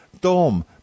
dom